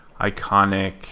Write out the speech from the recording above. iconic